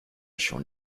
schon